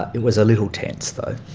ah it was a little tense though.